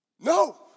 No